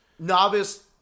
novice